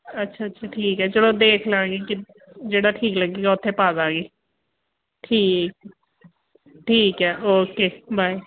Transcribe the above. ਅੱਛਾ ਅੱਛਾ ਠੀਕ ਹੈ ਚਲੋ ਦੇਖ ਲਵਾਂਗੀ ਕਿ ਜਿਹੜਾ ਠੀਕ ਲੱਗੇਗਾ ਉੱਥੇ ਪਾ ਦਵਾਂਗੀ ਠੀਕ ਠੀਕ ਹੈ ਓਕੇ ਬਾਏ